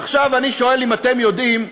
עכשיו, אני שואל אם אתם יודעים,